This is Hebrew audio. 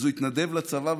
אז הוא התנדב לצבא,